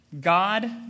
God